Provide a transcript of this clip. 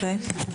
(ב)